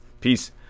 Peace